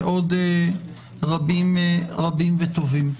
ועוד רבים רבים וטובים.